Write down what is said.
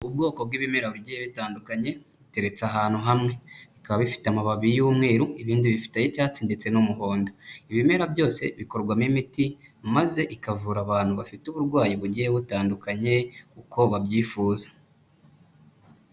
Ubwoko bw'ibimera bigiye bitandukanye biteretse ahantu hamwe, bikaba bifite amababi y'umweru ibindi bifite ay'icyatsi ndetse n'umuhondo. Ibimera byose bikorwamo imiti maze ikavura abantu bafite uburwayi bugiye butandukanye uko babyifuza.